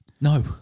No